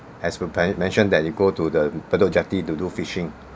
has per mentioned that you go to the bedok jetty to do fishing